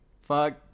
fuck